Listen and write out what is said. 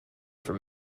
for